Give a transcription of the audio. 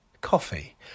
coffee